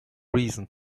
reason